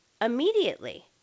immediately